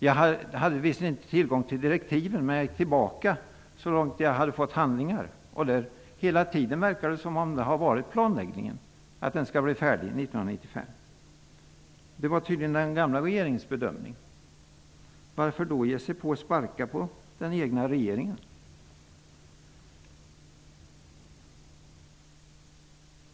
Jag hade visserligen inte tillgång till direktiven, men jag gick tillbaka så långt jag hade fått handlingar. Hela tiden verkar det som att planen har varit att kommittén skall vara färdig med sitt arbete 1995. Det var tydligen den gamla regeringens bedömning. Varför då sparka på den egna regeringen?